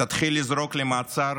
תתחיל לזרוק למעצר